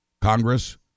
Congress